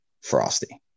Frosty